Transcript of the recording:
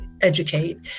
educate